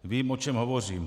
Vím, o čem hovořím.